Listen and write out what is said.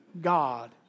God